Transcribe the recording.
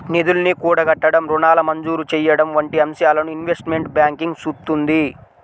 నిధుల్ని కూడగట్టడం, రుణాల మంజూరు చెయ్యడం వంటి అంశాలను ఇన్వెస్ట్మెంట్ బ్యాంకింగ్ చూత్తుంది